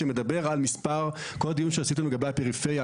שמדבר על מספר קודים שעשיתם לגבי הפריפריה,